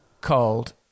called